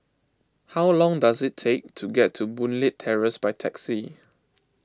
how long does it take to get to Boon Leat Terrace by taxi